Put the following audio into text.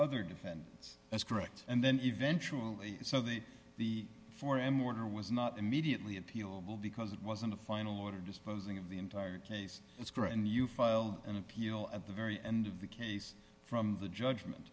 other defendants as correct and then eventually so they the four m order was not immediately appeal because it wasn't a final order disposing of the entire case it's great and you file an appeal at the very end of the case from the judgment